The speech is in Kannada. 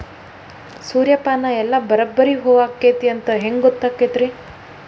ಸೂರ್ಯಪಾನ ಎಲ್ಲ ಬರಬ್ಬರಿ ಹೂ ಆಗೈತಿ ಅಂತ ಹೆಂಗ್ ಗೊತ್ತಾಗತೈತ್ರಿ?